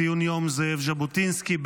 ציון יום זאב ז'בוטינסקי.